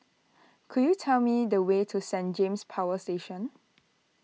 could you tell me the way to Saint James Power Station